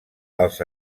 als